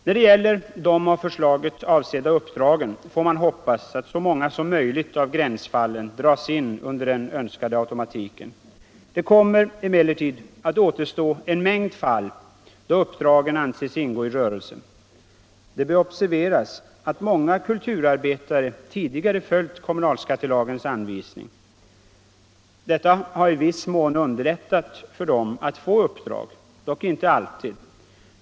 När det gäller de av förslaget avsedda uppdragen får man hoppas att så många som möjligt av gränsfallen dras in under den önskade automatiken. Det kommer emellertid att återstå en mängd fall, då uppdragen anses ingå i rörelse. Det bör observeras att många kulturarbetare tidigare har följt kommunalskattelagens anvisning. Detta har i viss mån under 73 lättat för dem att få avdrag — dock inte alltid.